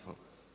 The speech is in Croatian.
Hvala.